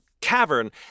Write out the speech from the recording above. cavern